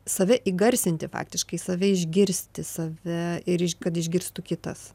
save įgarsinti faktiškai save išgirsti save ir kad išgirstų kitas